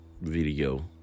video